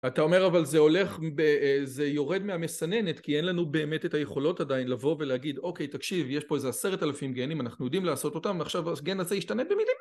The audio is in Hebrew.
אתה אומר אבל זה הולך, זה יורד מהמסננת כי אין לנו באמת את היכולות עדיין לבוא ולהגיד אוקיי תקשיב יש פה איזה עשרת אלפים גנים אנחנו יודעים לעשות אותם ועכשיו הגן הזה ישתנה במילימטר